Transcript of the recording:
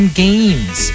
games